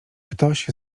ktoś